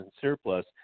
surplus